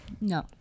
no